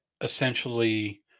essentially